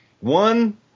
One